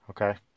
Okay